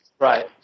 Right